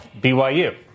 BYU